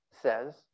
says